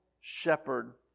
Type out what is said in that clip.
shepherd